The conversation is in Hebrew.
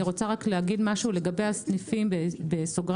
אני רוצה רק להגיד משהו לגבי הסניפים בסוגריים.